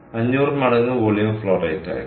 500 മടങ്ങ് volume flow rate ആയിരുന്നു